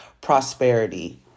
Prosperity